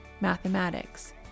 mathematics